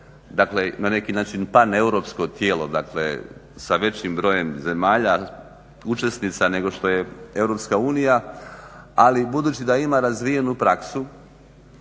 dakle na neki način paneuropsko tijelo sa većim brojem zemalja učesnica nego što je EU. Ali budući da ima razvijenu praksu